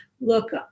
look